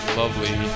lovely